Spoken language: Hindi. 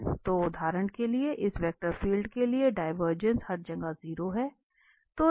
तो उदाहरण के लिए इस वेक्टर फील्ड के लिए डिवरजेंस हर जगह 0 है